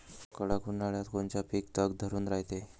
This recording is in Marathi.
कडक उन्हाळ्यात कोनचं पिकं तग धरून रायते?